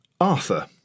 Arthur